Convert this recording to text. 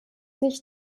sich